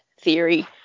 theory